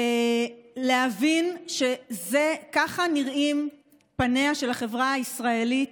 להבין שככה נראים פניה של החברה הישראלית